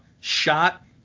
shot